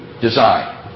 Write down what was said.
design